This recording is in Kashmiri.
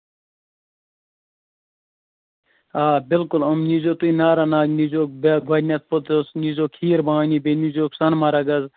آ بِلکُل أمۍ نیٖزیٚو تُہۍ نارا ناگ نیٖزیٚوکھ گوڈٕنیٚتھ پوٚتُس نیٖزیٚوکھ کھیٖر بھوانی بیٚیہِ نیٖزیٚوکھ سونہٕ مَرٕگ حظ